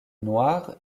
noire